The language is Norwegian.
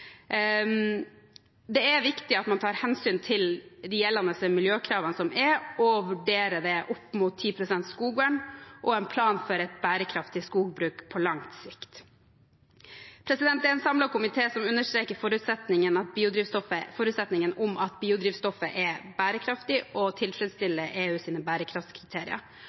Det er viktig at man tar hensyn til de gjeldende miljøkravene, og vurderer det opp mot 10 pst. skogvern og en plan for et bærekraftig skogbruk på lang sikt. Det er en samlet komité som understreker forutsetningen om at biodrivstoffet er bærekraftig og tilfredsstiller EUs bærekraftskriterier.